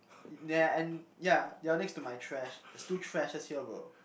yeah and yeah you're next to my trash there's two trashes here bro